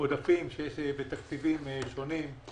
העודפים שיש בתקציבים שונים.